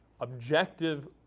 objective